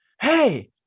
hey